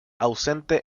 ausente